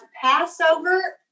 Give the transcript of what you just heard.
Passover